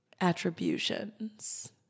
attributions